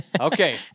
Okay